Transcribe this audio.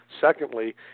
Secondly